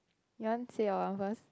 you want say your one first